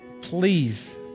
please